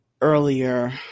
earlier